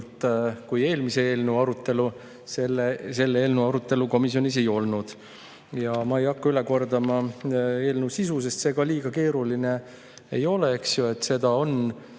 kui eelmise eelnõu arutelu selle eelnõu arutelu komisjonis ei olnud. Ma ei hakka üle kordama eelnõu sisu, sest see ka liiga keeruline ei ole, eks seda on